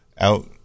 out